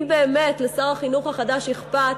אם באמת לשר החינוך החדש אכפת